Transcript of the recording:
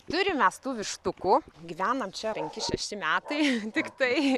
turim mes tų vištukų gyvenam čia penki šešti metai tiktai